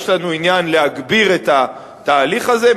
יש לנו עניין להגביר את התהליך הזה.